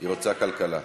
היא רוצה כלכלה,